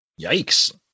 Yikes